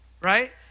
right